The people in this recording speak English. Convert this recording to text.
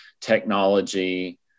technology